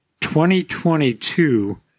2022